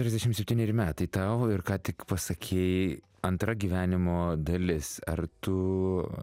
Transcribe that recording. trisdešimt septyneri metai tavo ir ką tik pasakei antra gyvenimo dalis ar tu